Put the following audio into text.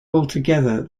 altogether